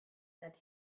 that